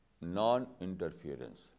non-interference